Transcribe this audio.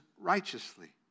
righteously